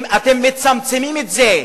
אתם מצמצמים את זה.